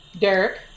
Derek